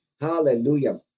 Hallelujah